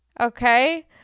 okay